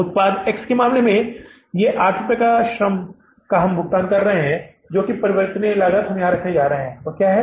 उत्पाद X के मामले में 8 रुपये का श्रम जो हम भुगतान कर रहे हैं और जो परिवर्तनीय लागत हम यहां रखने जा रहे हैं वह क्या है